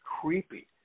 creepy